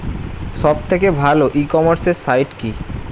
সব থেকে ভালো ই কমার্সে সাইট কী?